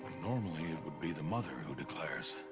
normally it would be the mother who declares.